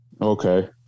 okay